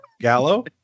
Gallo